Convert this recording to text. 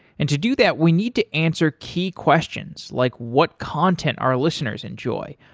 and to do that, we need to answer key questions, like what content our listeners enjoy,